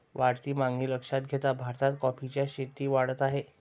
वाढती मागणी लक्षात घेता भारतात कॉफीची शेती वाढत आहे